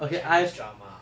chinese drama